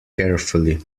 carefully